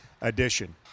edition